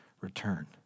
return